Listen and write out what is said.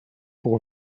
pour